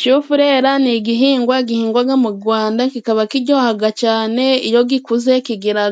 Shufureri ni igihingwa gihingwa mu Rwanda, kikaba kiryoha cyane. Iyo gikuze kigira